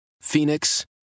Phoenix